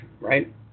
right